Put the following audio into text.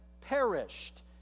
perished